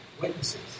witnesses